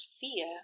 fear